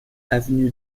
avenue